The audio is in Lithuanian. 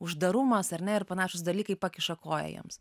uždarumas ar ne ir panašūs dalykai pakiša koją jiems